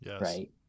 Right